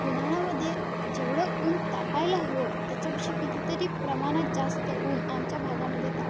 उन्हाळ्यामध्ये जेवढं ऊन तापायला हवं त्याच्यापेक्षा कितीतरी प्रमाणात जास्त ऊन आमच्या भागामदे तापत